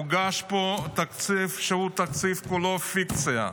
הוגש פה תקציב שהוא כולו פיקציה.